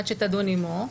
עד שתדון עמו,